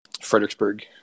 Fredericksburg